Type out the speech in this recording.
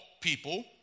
people